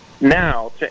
Now